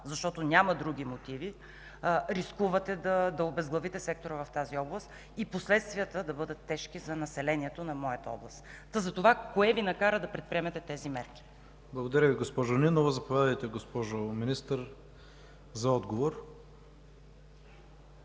защото няма други мотиви. Рискувате да обезглавите сектора в тази област и последствията да бъдат тежки за населението на моята област. Та за това – кое Ви накара да предприемете тези мерки? ПРЕДСЕДАТЕЛ ИВАН К.ИВАНОВ: Благодаря, госпожо Нинова. Заповядайте, госпожо Министър, за отговор.